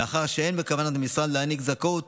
מאחר שאין בכוונת המשרד להעניק זכאות